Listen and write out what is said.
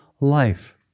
life